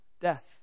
death